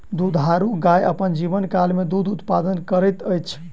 दुधारू गाय अपन जीवनकाल मे दूध उत्पादन करैत अछि